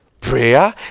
Prayer